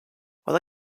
while